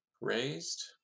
Raised